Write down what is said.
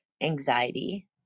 anxiety